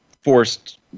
forced